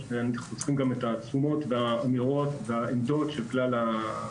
אנחנו צריכים גם את התשומות והאמירות והעמדות של כלל הגורמים.